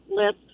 List